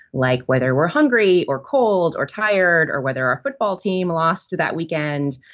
like whether we're hungry or cold or tired or whether our football team lost to that weekend.